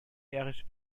erich